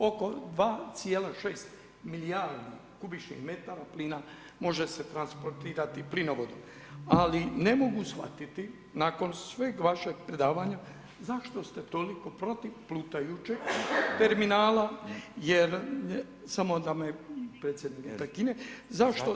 Oko 2,6 milijardi kubičnih metara plina može se transportirati plinovodom ali ne mogu shvatiti nakon sveg vašeg predavanja, zašto ste toliko protiv plutajućeg terminala jer samo da me potpredsjednike ne prekine, zašto?